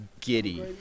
giddy